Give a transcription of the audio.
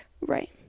Right